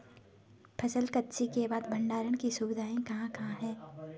फसल कत्सी के बाद भंडारण की सुविधाएं कहाँ कहाँ हैं?